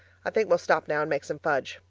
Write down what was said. i think we'll stop now and make some fudge.